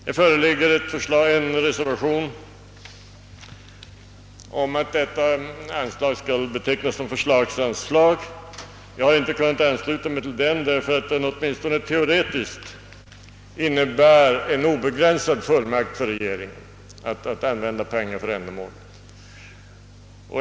Det föreligger en reservation om att detta anslag skall betecknas som förslagsanslag, men jag har inte kunnat ansluta mig till reservationen då det åtminstone teoretiskt skulle innebära en obegränsad fullmakt för regeringen att använda pengar för ändamålet.